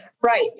Right